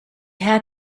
had